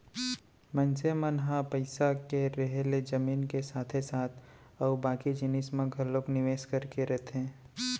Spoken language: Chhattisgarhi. मनसे मन ह पइसा के रेहे ले जमीन के साथे साथ अउ बाकी जिनिस म घलोक निवेस करके रखथे